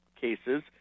cases